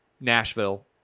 Nashville